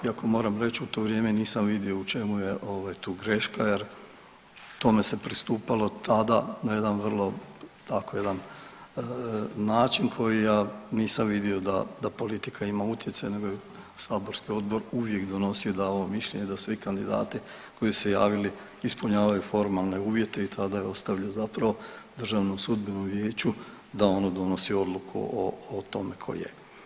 Iako moram reći u to vrijeme nisam vidio u čemu je tu greška jer tome se pristupalo tada na jedan vrlo tako jedan način koji ja nisam vidio da politika ima utjecaj nego je saborski odbor uvijek donosio i davao mišljenje da svi kandidati koji su se javili ispunjavaju formalne uvjete i tada je ostavljeno zapravo DSV-u da ono donosi odluku o tome ko je.